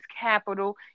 capital